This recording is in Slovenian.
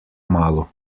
malo